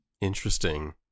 Interesting